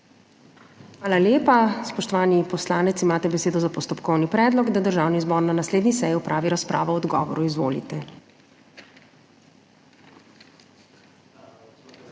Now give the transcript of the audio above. Hvala lepa. Spoštovani poslanec, imate besedo za postopkovni predlog, da Državni zbor na naslednji seji opravi razpravo o odgovoru. Izvolite.